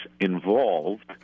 involved